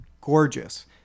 gorgeous